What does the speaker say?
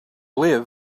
liv